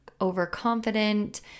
overconfident